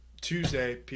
Tuesday